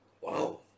wow